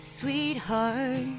Sweetheart